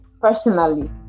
personally